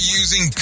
using